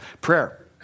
Prayer